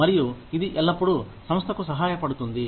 మరియు ఇది ఎల్లప్పుడూ సంస్థకు సహాయపడుతుంది